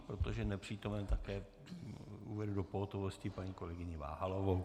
Protože je nepřítomen, také uvedu do pohotovosti paní kolegyni Váhalovou.